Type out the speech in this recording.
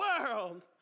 world